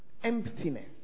emptiness